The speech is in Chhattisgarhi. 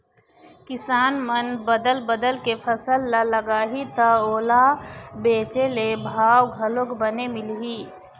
किसान मन बदल बदल के फसल ल लगाही त ओला बेचे ले भाव घलोक बने मिलही